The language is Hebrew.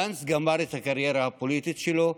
גנץ גמר את הקריירה הפוליטית שלו,